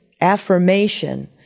affirmation